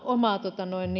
omaa